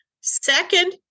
Second